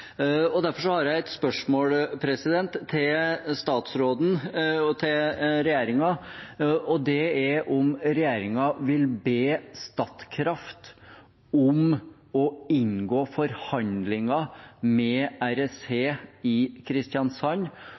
Derfor har jeg et spørsmål til statsråden og regjeringen, og det er om regjeringen vil be Statkraft om å inngå forhandlinger med REC i Kristiansand